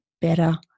better